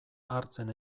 hartzen